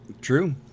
True